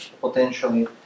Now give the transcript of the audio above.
potentially